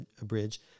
abridge